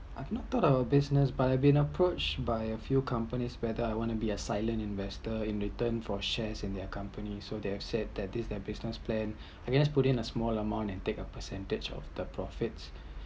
I’m not thought about business but I’ve been approached by a few companies whether I want be a silent investor in return for shares in their companies so they said that this their business plan I’ve to put in a small amount and take the percentage of the profit